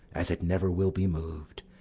as it never will be mov'd,